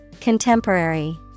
Contemporary